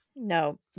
No